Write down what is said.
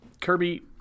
Kirby